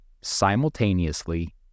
Simultaneously